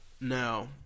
Now